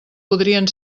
podrien